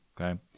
Okay